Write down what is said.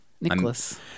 Nicholas